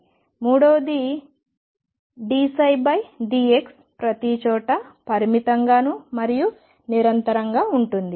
మూడవది dψ dx ప్రతిచోటా పరిమితంగా మరియు నిరంతరంగా ఉంటుంది